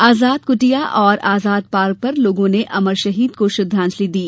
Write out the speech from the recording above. आजाद कृटिया और आजाद पार्क पर लोगों ने अमर शहीद को श्रद्धांजलि दी